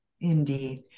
indeed